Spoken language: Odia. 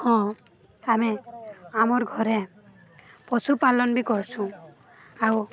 ହଁ ଆମେ ଆମର ଘରେ ପଶୁପାଳନ ବି କରୁଛୁ ଆଉ